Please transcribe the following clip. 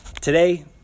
today